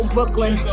Brooklyn